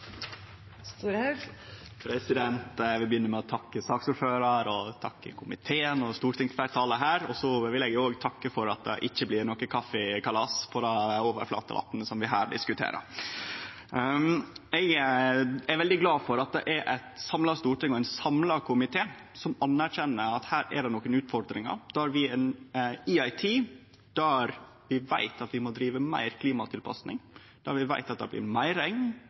Eg vil begynne med å takke saksordføraren, komiteen og stortingsfleirtalet. Eg vil òg takke for at det ikkje blir kaffikalas på det overflatevatnet vi her diskuterer. Eg er veldig glad for at det er eit samla storting og ein samla komité som anerkjenner at det er nokre utfordringar – i ei tid då vi veit at vi må drive med meir klimatilpassing, då vi veit at det blir meir